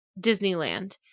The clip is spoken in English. Disneyland